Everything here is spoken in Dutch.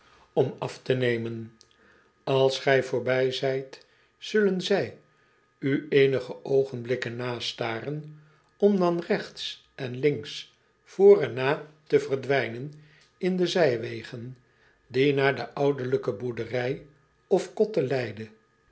om af te nemen ls gij voorbij zijt zullen zij u eenige oogenblikken nastaren om dan regts en links voor en na te verdwijnen in de zijwegen die naar de ouderlijke boerderij of kotte leiden